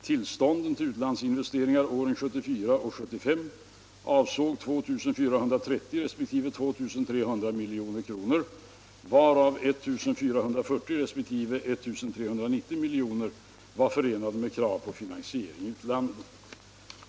Tillstånden till utlandsinvesteringar åren 1974 och 1975 avsåg 2 430 resp. 2 300 milj.kr., varav 1440 resp. 1390 milj.kr. var förenade med krav på finansiering i utlandet.